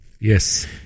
Yes